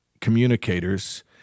communicators